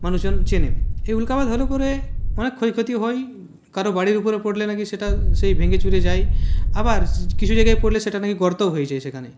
মানুষজন চেনে সেই উল্কাপাত হলে পরে অনেক ক্ষয়ক্ষতি হয় কারোর বাড়ির উপরে পড়লে নাকি সেটা সেই ভেঙেচুরে যায় আবার কিছু জায়গায় পরলে সেটা নাকি গর্তও হয়ে যায় সেখানে